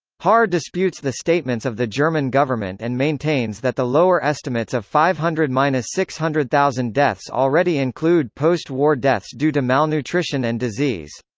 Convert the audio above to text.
harr disputes the statements of the german government and maintains that the lower estimates of five hundred six hundred thousand deaths already include post war deaths due to malnutrition and disease.